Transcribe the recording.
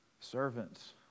servants